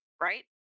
right